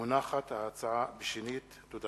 תודה